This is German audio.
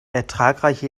ertragreiche